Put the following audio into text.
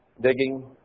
digging